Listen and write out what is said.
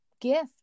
gift